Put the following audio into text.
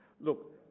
Look